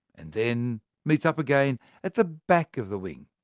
and then meets up again at the back of the wing.